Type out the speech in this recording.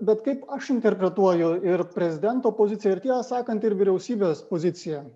bet kaip aš interpretuoju ir prezidento poziciją ir tiesą sakant ir vyriausybės poziciją